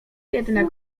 jednak